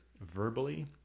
verbally